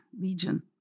legion